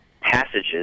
passages